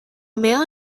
male